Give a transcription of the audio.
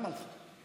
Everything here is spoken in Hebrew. למה לך?